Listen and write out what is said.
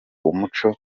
umuco